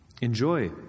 Enjoy